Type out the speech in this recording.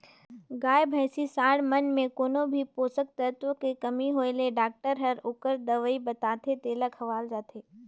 गाय, भइसी, सांड मन में कोनो भी पोषक तत्व के कमी होय ले डॉक्टर हर ओखर दवई बताथे तेला खवाल जाथे